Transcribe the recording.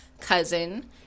cousin